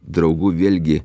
draugų vėlgi